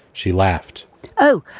she laughed oh,